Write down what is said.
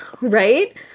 Right